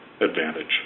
advantage